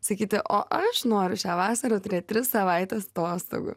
sakyti o aš noriu šią vasarą turėt tris savaites atostogų